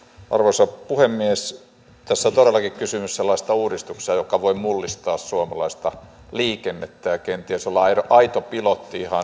arvoisa puhemies tässä on todellakin kysymys sellaisesta uudistuksesta joka voi mullistaa suomalaista liikennettä ja kenties olla aito pilotti